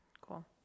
Cool